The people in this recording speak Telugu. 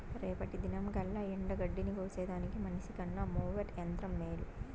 రేపటి దినంకల్లా ఎండగడ్డిని కోసేదానికి మనిసికన్న మోవెర్ యంత్రం మేలు